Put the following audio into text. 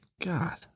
God